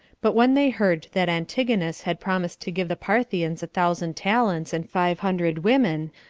but when they heard that antigonus had promised to give the parthians a thousand talents, and five hundred women,